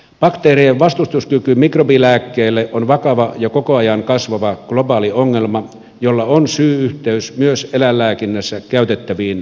bakteerien vastustuskyky mikrobilääkkeille on vakava ja koko ajan kasvava globaali ongelma jolla on syy yhteys myös eläinlääkinnässä käytettäviin antibiootteihin